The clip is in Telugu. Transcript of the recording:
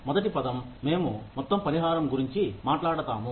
మొదటి పదం మేము మొత్తం పరిహారం గురించి మాట్లాడతాము